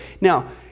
Now